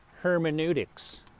Hermeneutics